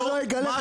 מה